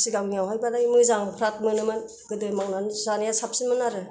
सिगांनियावहाबालाय मोजां फ्राद मोनोमोन गोदो मावनानै जानाया साबसिनमोन आरो